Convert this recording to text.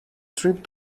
trip